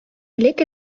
элек